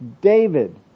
David